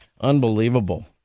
Unbelievable